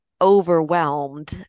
overwhelmed